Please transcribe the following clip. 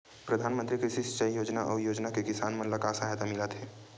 प्रधान मंतरी कृषि सिंचाई योजना अउ योजना से किसान मन ला का सहायता मिलत हे?